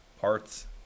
Parts